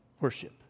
Worship